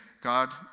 God